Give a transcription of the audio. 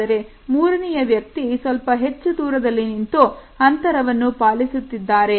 ಆದರೆ ಮೂರನೆಯ ವ್ಯಕ್ತಿ ಸ್ವಲ್ಪ ಹೆಚ್ಚು ದೂರದಲ್ಲಿ ನಿಂತು ಅಂತರವನ್ನು ಪಾಲಿಸುತ್ತಿದ್ದಾರೆ